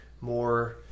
more